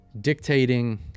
dictating